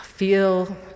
Feel